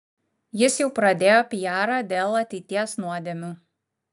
jis jau pradėjo pijarą dėl ateities nuodėmių